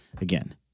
Again